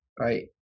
right